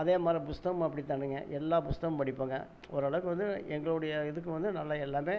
அதே மாதிரி புஸ்தகமும் அப்படித்தானுங்க எல்லா புஸ்தகமும் படிப்போங்க ஓரளவுக்கு வந்து எங்களுடைய இதுக்கு வந்து நல்லா எல்லாமே